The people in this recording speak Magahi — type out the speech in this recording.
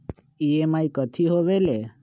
ई.एम.आई कथी होवेले?